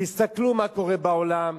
תסתכלו מה קורה בעולם,